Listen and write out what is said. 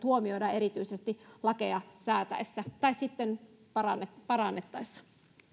huomioidaan erityisesti lakeja säädettäessä tai sitten parannettaessa